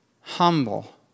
humble